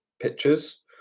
pictures